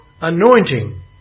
anointing